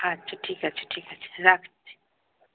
আচ্ছা ঠিক আছে ঠিক আছে রাখছি